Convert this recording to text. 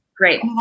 Great